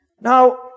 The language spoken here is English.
Now